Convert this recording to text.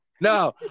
No